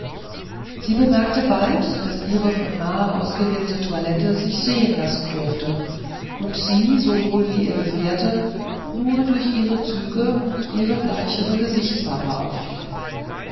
sie bemerkte bald daß ihre von ma ausgewählte toilette sich sehen lassen durfte und sie sowohl wie ihr gefährte nur durch ihre züge und ihre bleichere gesichtsfarbe auffielen